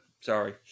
sorry